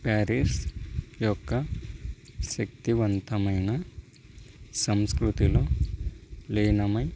Paris యొక్క శక్తివంతమైన సంస్కృతిలో లీనమై